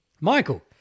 Michael